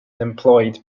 employed